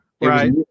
right